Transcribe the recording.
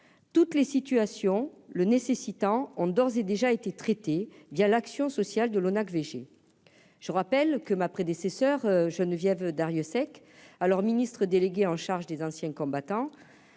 toutes les situations, le nécessitant ont d'ores et déjà été traitées via l'action sociale de l'ONAC VG, je rappelle que ma prédécesseur Geneviève Darrieussecq, alors ministre déléguée en charge des anciens combattants,